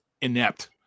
inept